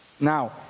Now